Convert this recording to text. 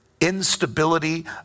instability